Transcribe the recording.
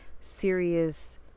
serious